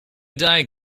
die